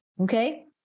okay